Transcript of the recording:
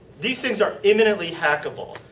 these things are imminently hackable.